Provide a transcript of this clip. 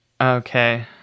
Okay